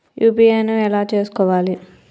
UPI ను ఎలా చేస్కోవాలి?